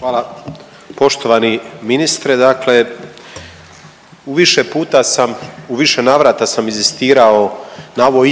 Hvala. Poštovani ministre dakle u više puta sam, u više navrata sam inzistirao na ovoj